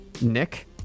Nick